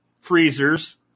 freezers